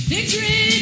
Victory